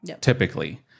typically